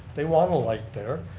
they want a light there,